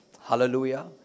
Hallelujah